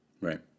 right